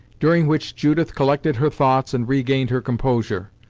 during which judith collected her thoughts and regained her composure.